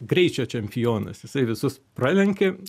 greičio čempionas jisai visus pralenkė